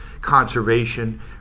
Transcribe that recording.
conservation